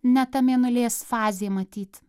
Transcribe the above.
ne ta mėnulės fazė matyt